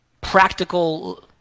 practical